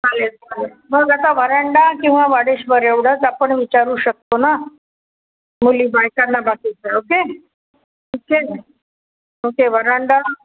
चालेल चालेल मग आता वरांडा किंवा वाडेश्वर एवढंच आपण विचारू शकतो ना मुली बायकांना बाकीचं ओके ठीक आहे ओके वरांडा